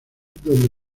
donde